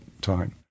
time